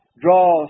draw